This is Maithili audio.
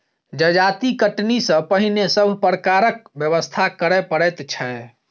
जजाति कटनी सॅ पहिने सभ प्रकारक व्यवस्था करय पड़ैत छै